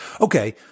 Okay